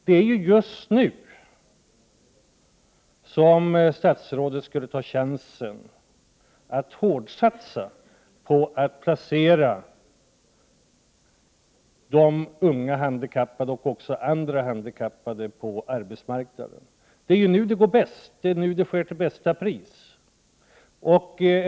Det är just nu som statsrådet skulle ta chansen att satsa hårt på att placera de unga handikappade, och även andra handikappade, på arbetsmarknaden. Det är nu det går bäst. Det är nu det sker till bästa pris.